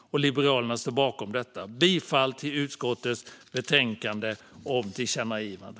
Liberalerna står bakom detta. Jag yrkar bifall till utskottets förslag om tillkännagivande.